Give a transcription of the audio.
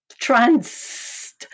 trans